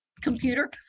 computer